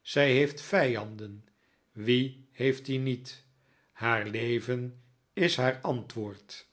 zij heeft vijanden wie heeft die niet haar leven is haar antwoord